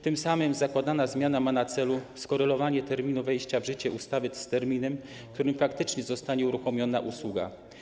Tym samym zakładana zmiana ma na celu skorelowanie terminu wejścia w życie ustawy z terminem, w którym faktycznie zostanie uruchomiona usługa.